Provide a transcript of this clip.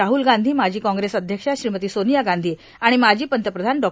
राहुल गांधी माजी काँग्रेस अध्यक्षा श्रीमती सोनिया गांधी आणि माजी पंतप्रधान डॉ